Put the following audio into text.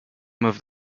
moved